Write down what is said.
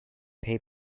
pay